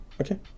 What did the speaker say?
okay